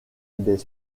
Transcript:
des